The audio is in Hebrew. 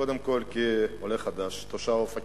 קודם כול כעולה חדש, תושב אופקים,